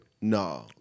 No